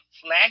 flag